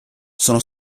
sono